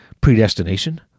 predestination